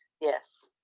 Yes